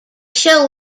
show